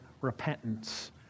repentance